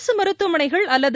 அரசு மருத்துவமனைகள் அல்லது